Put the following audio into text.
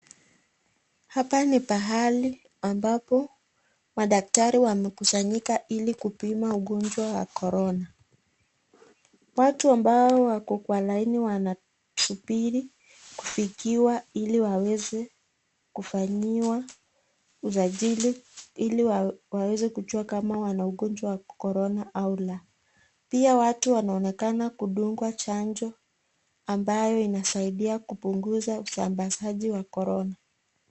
Hapa ni pahali ambapo madaktari wamekusanyika ili kupima ugonjwa wa corona ,watu ambao wako kwa laini wanasubiri kufikiwa ili waweze kufanyiwa usajili ili waweze kujua kama wana ugonjwa wa corona au la, pia watu wanaonekana kudungwa chanjo ambayo inasaidia kupunguza usambazaji wa corona.